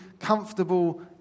comfortable